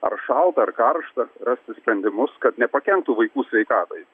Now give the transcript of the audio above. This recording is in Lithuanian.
ar šalta ar karšta rasti sprendimus kad nepakenktų vaikų sveikatai